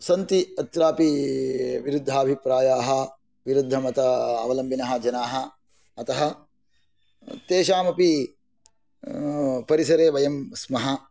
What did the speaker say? सन्ति अत्रापि विरुद्धाभिप्रायाः विरुद्धमतावलम्बिनः जनाः अतः तेषामपि परिसरे वयं स्मः